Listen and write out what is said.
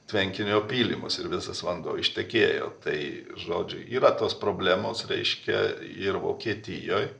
tvenkinio pylimus ir visas vanduo ištekėjo tai žodžiu yra tos problemos reiškia ir vokietijoj